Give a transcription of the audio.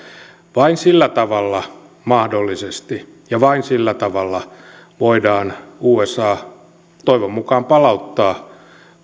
vain sillä tavalla mahdollisesti ja vain sillä tavalla voidaan usa toivon mukaan palauttaa